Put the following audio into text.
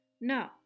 No